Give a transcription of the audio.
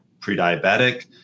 pre-diabetic